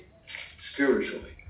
spiritually